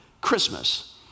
Christmas